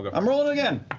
but i'm rolling it